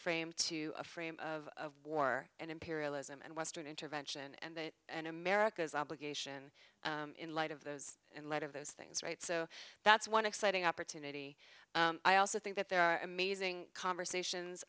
frame to frame of war and imperialism and western intervention and that and america's obligation in light of those in light of those things right so that's one exciting opportunity i also think that there are amazing conversations